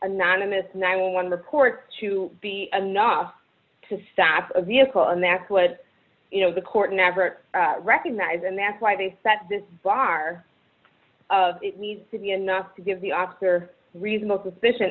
anonymous ninety one report to be enough to stop a vehicle and that's what you know the court never recognized and that's why they set the bar of it needs to be enough to give the officer reasonable suspicion